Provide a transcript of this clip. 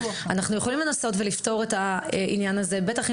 אנחנו יכולים לנסות ולפתור את העניין הזה בטח אם